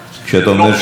המחיר שלו,